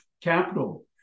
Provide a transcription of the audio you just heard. capital